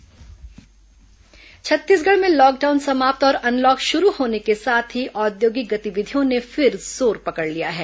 unlock औद्योगिक गतिविधि छत्तीसगढ़ में लॉकडाउन समाप्त और अनलॉक शुरू होने के साथ ही औद्योगिक गतिविधियों ने फिर जोर पकड़ लिया है